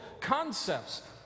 concepts